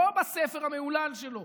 לא בספר המהולל שלו.